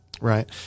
right